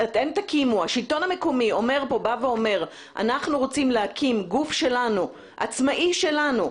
השלטון המקומי בא ואומר: אנחנו רוצים להקים גוף עצמאי שלנו.